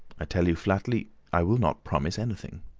i tell you flatly i will not promise anything.